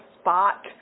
spot